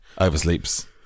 Oversleeps